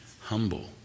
humble